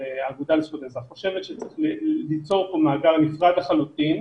האגודה לזכויות האזרח חושבת שצריך ליצור פה מאגר נפרד לחלוטין,